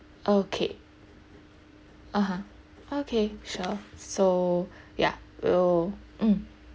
okay (uh huh) okay sure so ya will mm